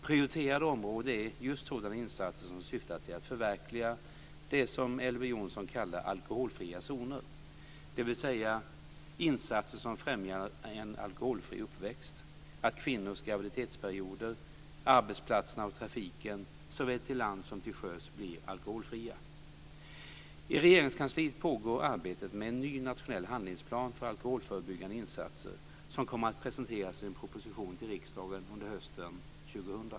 Prioriterade områden är just sådana insatser som syftar till att förverkliga det som Elver Jonsson kallar för alkoholfria zoner - dvs. insatser som främjar en alkoholfri uppväxt, att kvinnors graviditetsperioder, arbetsplatserna och trafiken såväl till lands som till sjöss blir alkoholfria. I Regeringskansliet pågår arbetet med en ny nationell handlingsplan för alkoholförebyggande insatser som kommer att presenteras i en proposition till riksdagen under hösten 2000.